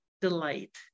delight